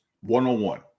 one-on-one